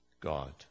God